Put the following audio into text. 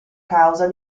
causa